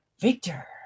victor